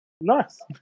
Nice